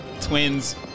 Twins